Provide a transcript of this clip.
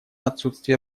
отсутствие